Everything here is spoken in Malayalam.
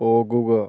പോകുക